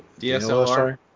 DSLR